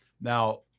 Now